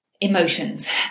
emotions